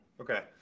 Okay